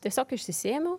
tiesiog išsisėmiau